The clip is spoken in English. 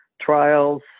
trials